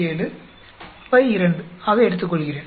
7 by 2 ஆக எடுத்துக்கொள்கிறேன்